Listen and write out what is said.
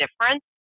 difference